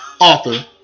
author